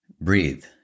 breathe